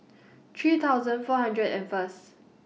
three thousand four hundred and First